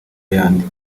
ayandi